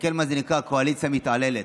ותסתכל מה זה נקרא קואליציה מתעללת.